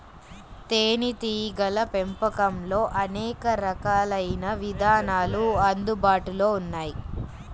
తేనీటీగల పెంపకంలో అనేక రకాలైన విధానాలు అందుబాటులో ఉన్నాయి